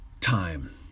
Time